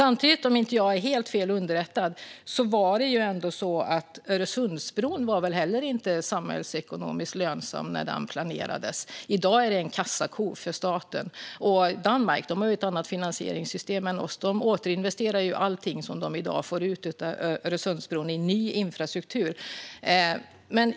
Om jag inte är helt fel underrättad var det ändå så att Öresundsbron inte heller var samhällsekonomiskt lönsam när den planerades. I dag är den en kassako för staten. Danmark har ett annat finansieringssystem än vårt. De återinvesterar allting som de i dag får ut av Öresundsbron i ny infrastruktur.